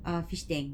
err fish tank